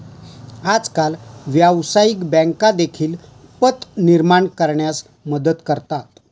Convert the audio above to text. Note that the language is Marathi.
आजकाल व्यवसायिक बँका देखील पत निर्माण करण्यास मदत करतात